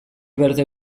berde